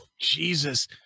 Jesus